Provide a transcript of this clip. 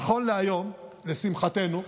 נכון להיום, לשמחתנו,